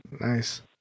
Nice